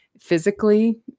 Physically